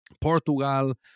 Portugal